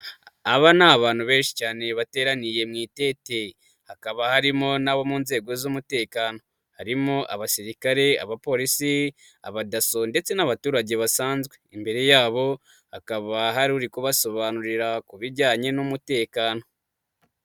Aba ni abantu benshi cyane bateraniye mu'itete, hakaba harimo n'abo mu nzego z'umutekano, harimo abasirikare, abapolisi, abadaso ndetse n'abaturage basanzwe, imbere yabo, hakaba hari uri kubasobanurira, ku bijyanye n'umutekano.